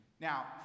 Now